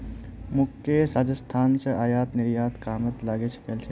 मुकेश राजस्थान स आयात निर्यातेर कामत लगे गेल छ